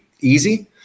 easy